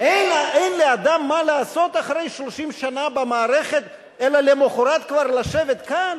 אין לאדם מה לעשות אחרי 30 שנה במערכת אלא למחרת כבר לשבת כאן?